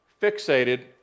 fixated